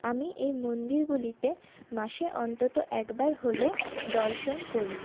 আমি এই মন্দিরগুলিতে মাসে অন্তত একবার হলেও দর্শন করি